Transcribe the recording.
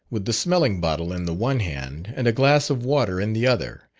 with the smelling bottle in the one hand, and a glass of water in the other,